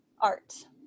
Art